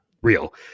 Real